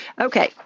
Okay